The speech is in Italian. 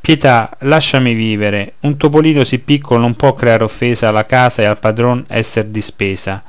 pietà lasciami vivere un topolin sì piccolo non può recar offesa alla casa e al padron esser di spesa